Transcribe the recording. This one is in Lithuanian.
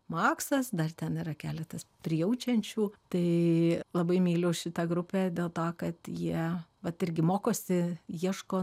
maksas dar ten yra keletas prijaučiančių tai labai myliu šitą grupę dėl to kad jie vat irgi mokosi ieško